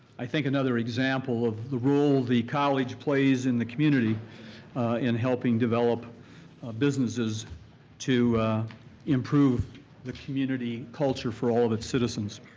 i think another example the role the college plays in the community in helping develop businesses to improve the community culture for all of its citizens.